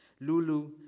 Lulu